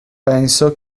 penso